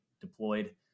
deployed